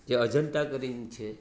જે અજંટા કરીને છે